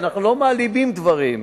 אנחנו לא מעלימים דברים.